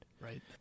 Right